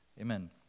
amen